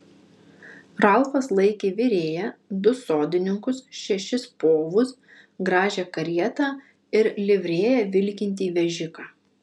ralfas laikė virėją du sodininkus šešis povus gražią karietą ir livrėja vilkintį vežiką